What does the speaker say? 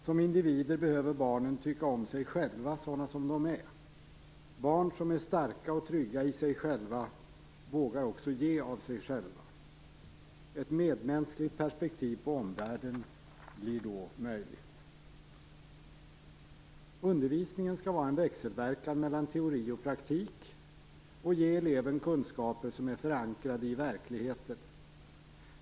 Som individer behöver barnen tycka om sig själva sådana som de är. Barn som är starka och trygga i sig själva vågar också ge av sig själva. Ett medmänskligt perspektiv på omvärlden blir då möjligt. Undervisningen skall vara en växelverkan mellan teori och praktik och ge eleven kunskaper som är förankrade i verkligheten.